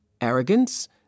arrogance